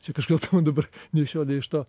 čia kažkodėl tai dabar nei iš šio nei iš to